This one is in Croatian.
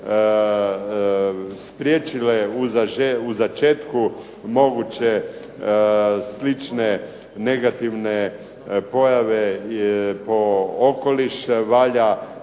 spriječile u začetku moguće slične negativne pojave po okoliš valja